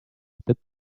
spit